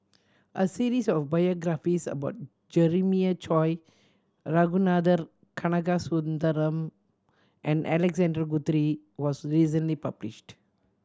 a series of biographies about Jeremiah Choy Ragunathar Kanagasuntheram and Alexander Guthrie was recently published